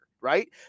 right